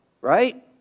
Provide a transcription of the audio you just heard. right